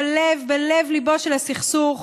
בלב-ליבו של הסכסוך.